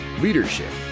leadership